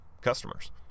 customers